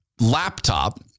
laptop